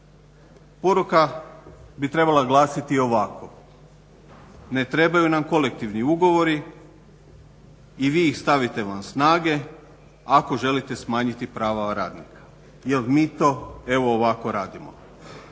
Poruka bi trebala glasiti ovako, ne trebaju nam kolektivni ugovori i vi ih stavite van snage ako želite smanjiti prava radnika jer mi to evo ovako radimo.